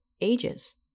ages